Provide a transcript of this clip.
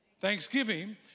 thanksgiving